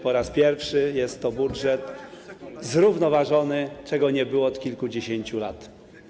Po raz pierwszy jest to budżet zrównoważony, czego nie było od kilkudziesięciu lat.